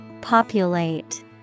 Populate